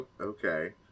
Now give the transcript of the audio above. Okay